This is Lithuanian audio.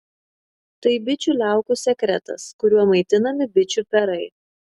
tai bičių liaukų sekretas kuriuo maitinami bičių perai